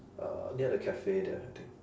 uh near the cafe there I think